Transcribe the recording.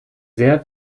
sehr